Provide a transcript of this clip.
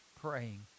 praying